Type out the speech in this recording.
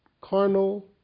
carnal